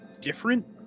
different